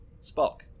Spock